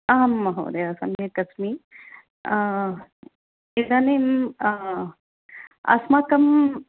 आं महोदय सम्यक् अस्ति इदानीं अस्माकं